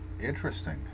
Interesting